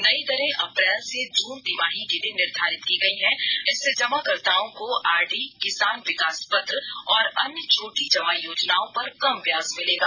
नई दरें अप्रैल से जुन तिमाही के लिए निर्धारित की गई हैं इससे जमाकर्ताओं को आर डी किसान विकास पत्र और अन्य छोंटी जमा योजनाओं पर कम ब्याज मिलेगा